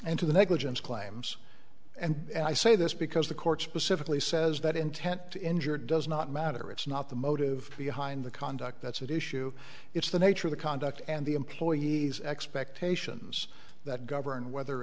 and to the negligence claims and i say this because the court specifically says that intent to injure does not matter it's not the motive behind the conduct that's at issue it's the nature of the conduct and the employee's expectations that govern whether